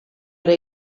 ere